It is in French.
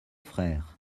frères